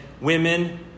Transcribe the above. women